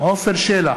עפר שלח,